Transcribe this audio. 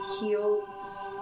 heels